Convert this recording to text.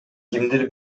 кимдир